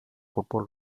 football